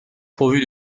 pourvue